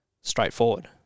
straightforward